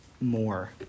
more